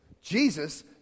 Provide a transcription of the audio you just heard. Jesus